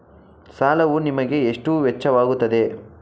ಸಾಲವು ನಿಮಗೆ ಎಷ್ಟು ವೆಚ್ಚವಾಗುತ್ತದೆ?